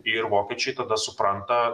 ir vokiečiai tada supranta